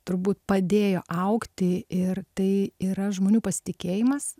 turbūt padėjo augti ir tai yra žmonių pasitikėjimas